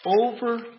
over